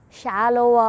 shallow